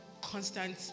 constant